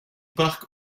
parc